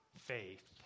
faith